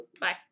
Bye